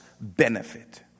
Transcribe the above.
benefit